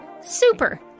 SUPER